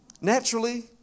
naturally